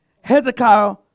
Hezekiah